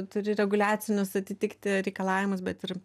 turi reguliacinius atitikti reikalavimus bet ir